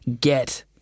get